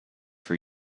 for